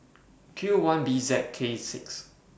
Q one B Z K six